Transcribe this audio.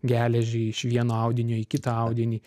geležį iš vieno audinio į kitą audinį